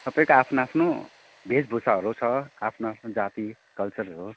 सबैको आफ्नो आफ्नो भेषभूषाहरू छ आफ्नो आफ्नो जाति कल्चरहरू